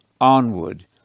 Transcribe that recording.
onward